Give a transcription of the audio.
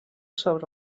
sobre